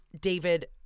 David